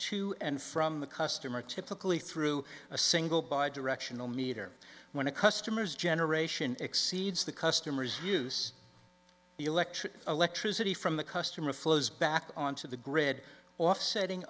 to and from the customer typically through a single bi directional meter when a customer's generation exceeds the customer's use electric electricity from the customer flows back onto the grid offsetting